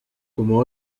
como